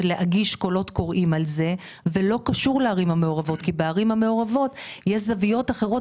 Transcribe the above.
המעורבות; בערים המעורבות יש זוויות אחרות,